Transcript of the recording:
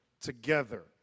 Together